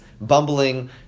bumbling